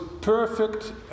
perfect